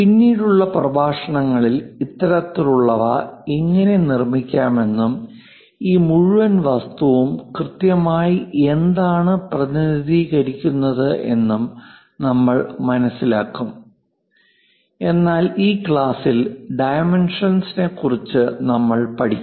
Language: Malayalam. പിന്നീടുള്ള പ്രഭാഷണങ്ങളിൽ ഇത്തരത്തിലുള്ളവ എങ്ങനെ നിർമ്മിക്കാമെന്നും ഈ മുഴുവൻ വസ്തുവും കൃത്യമായി എന്താണ് പ്രതിനിധീകരിക്കുന്നത് എന്നും നമ്മൾ മനസിലാക്കും എന്നാൽ ഈ ക്ലാസ്സിൽ ഡൈമെൻഷൻസ് ക്കുറിച്ച് നമ്മൾ പഠിക്കും